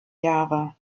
jahre